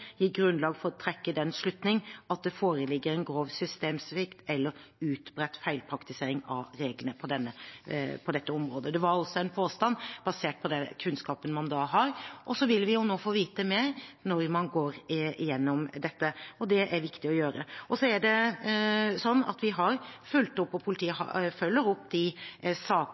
gir grunnlag for å trekke den slutning at det foreligger en grov systemsvikt eller utbredt feilpraktisering av reglene på dette området». Det var altså en påstand basert på den kunnskapen man da hadde. Så vil vi jo nå få vite mer når man går igjennom dette, og det er viktig å gjøre. Så er det sånn at vi har fulgt opp og politiet følger opp de